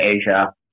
Asia